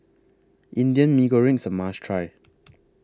Indian Mee Goreng IS A must Try